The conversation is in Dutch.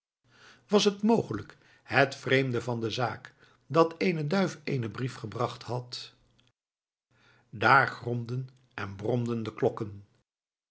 was het mogelijk het vreemde van de zaak dat eene duif eenen brief gebracht had daar gromden en bromden de klokken